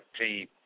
team